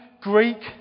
Greek